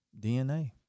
DNA